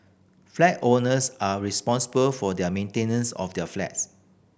flat owners are responsible for their maintenance of their flats